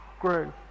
grew